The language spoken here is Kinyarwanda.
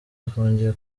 afungiye